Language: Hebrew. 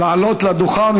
לעלות לדוכן.